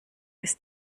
ist